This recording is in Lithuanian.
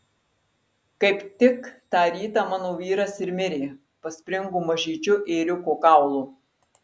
kaip tik tą rytą mano vyras ir mirė paspringo mažyčiu ėriuko kaulu